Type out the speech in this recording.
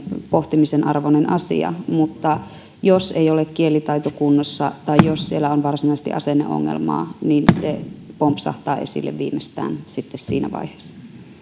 pohtimisen arvoinen asia miten sitä voitaisiin hyödyntää mutta jos ei ole kielitaito kunnossa tai jos siellä on varsinaisesti asenneongelmaa niin se pompsahtaa esille viimeistään sitten siinä vaiheessa